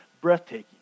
breathtaking